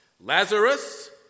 Lazarus